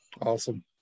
Awesome